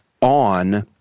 on